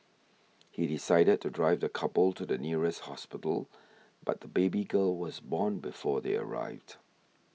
he decided to drive the couple to the nearest hospital but the baby girl was born before they arrived